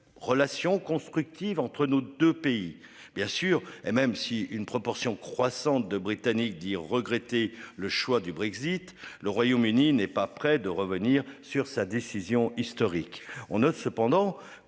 relation constructive entre nos 2 pays bien sûr et même si une proportion croissante de Britanniques dit regretter le choix du Brexit. Le Royaume-Uni n'est pas près de revenir sur sa décision historique. On note cependant